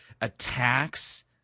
attacks